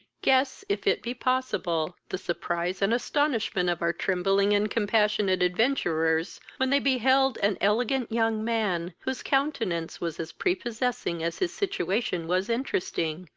guess, if it be possible, the surprise and astonishment of our trembling and compassionate adventurers, when they beheld and elegant young man, whose countenance was as prepossessing as his situation was interesting,